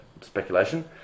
speculation